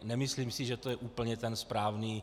Nemyslím si, že to je úplně ten správný...